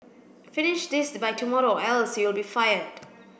finish this by tomorrow or else you'll be fired